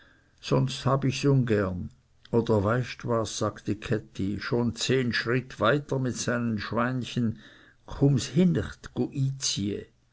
sonst hab ichs ungern oder weißt was sagte käthi schon zehn schritte weiter mit seinen schweinchen